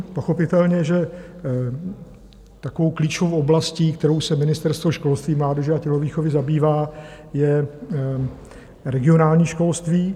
Pochopitelně takovou klíčovou oblastí, kterou se Ministerstvo školství mládeže a tělovýchovy zabývá, je regionální školství.